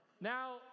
Now